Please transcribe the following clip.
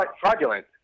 fraudulent